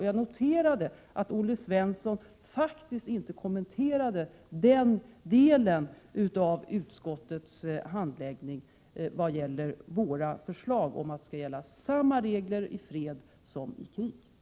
— Jag noterade att Olle Svensson faktiskt inte kommenterade den delen av utskottets handläggning vad beträffar våra förslag, nämligen att samma regler skall gälla i fred som i krig.